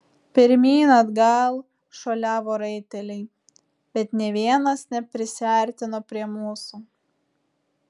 pirmyn atgal šuoliavo raiteliai bet nė vienas neprisiartino prie mūsų